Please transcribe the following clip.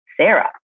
Sarah